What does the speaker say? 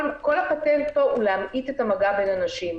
כל הפטנט פה הוא להמעיט את המגע בין אנשים.